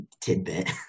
tidbit